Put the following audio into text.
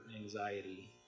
anxiety